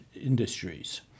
industries